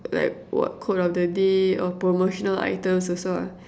like what code of the day or promotional items also lah